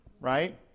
Right